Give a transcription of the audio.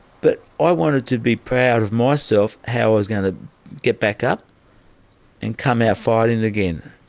but i wanted to be proud of myself, how i was going to get back up and come out fighting again,